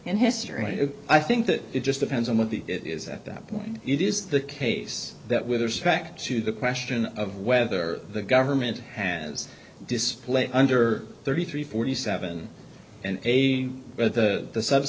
in history i think that it just depends on what the it is at that point it is the case that with respect to the question of whether the government has displayed under thirty three forty seven and eighty or the sub